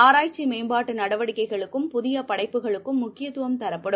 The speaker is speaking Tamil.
ஆராய்ச்சிமேம்பாட்டுநடவடிக்கைகளுக்கும் புதியபடைப்புகளுக்கும் முக்கியத்துவம் தரப்படும்